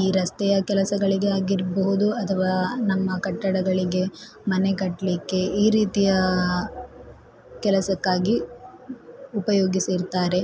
ಈ ರಸ್ತೆಯ ಕೆಲಸಗಳಿಗೆ ಆಗಿರಬಹುದು ಅಥವಾ ನಮ್ಮ ಕಟ್ಟಡಗಳಿಗೆ ಮನೆ ಕಟ್ಟಲಿಕ್ಕೆ ಈ ರೀತಿಯ ಕೆಲಸಕ್ಕಾಗಿ ಉಪಯೋಗಿಸಿರ್ತಾರೆ